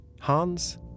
Hans